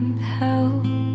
help